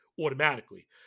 automatically